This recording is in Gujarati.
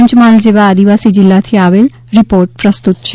પંચમહાલ જેવા આદિવાસી જિલ્લાથી આવેલ રિપોર્ટ પ્રસ્તુત છે